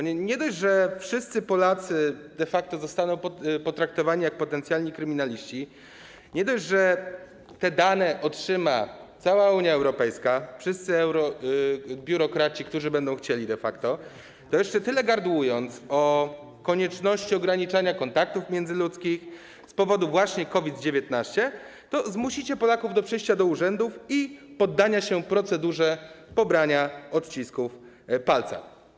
Nie dość, że wszyscy Polacy de facto zostaną potraktowani jak potencjalni kryminaliści, nie dość, że ich dane otrzyma cała Unia Europejska, wszyscy biurokraci, którzy będą chcieli, to jeszcze - choć tyle gardłujecie o konieczności ograniczania kontaktów międzyludzkich z powodu COVID-19 - zmusicie Polaków do przyjścia do urzędów i poddania się procedurze pobrania odcisków palca.